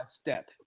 step